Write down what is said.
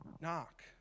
knock